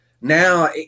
now